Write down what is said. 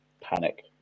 panic